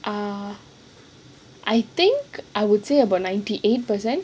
ah I think I would say about ninety eight percent